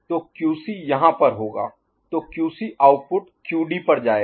तो क्यूसी यहाँ पर होगा तो क्यूसी आउटपुट क्यूडी पर जाएगा